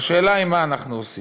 והשאלה היא מה אנחנו עושים,